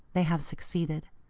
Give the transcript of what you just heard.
they have succeeded.